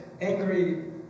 angry